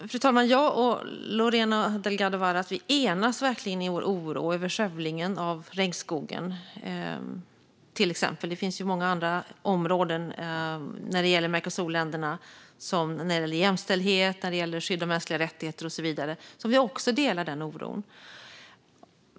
Fru talman! Jag och Lorena Delgado Varas enas verkligen i vår oro över skövlingen av regnskogen, till exempel. Det finns många andra områden när det gäller Mercosurländerna - jämställdhet, skydd av mänskliga rättigheter och så vidare - där vi också delar en oro.